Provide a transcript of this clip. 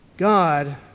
God